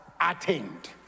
attained